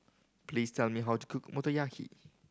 please tell me how to cook Motoyaki